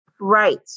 Right